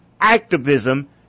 activism